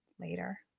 later